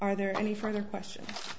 are there any further questions